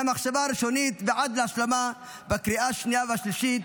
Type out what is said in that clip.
מהחשיבה הראשונית ועד להשלמה בקריאה השנייה והשלישית